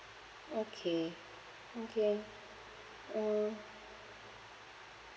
okay okay uh